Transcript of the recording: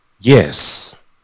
yes